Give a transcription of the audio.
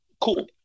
Cool